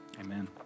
Amen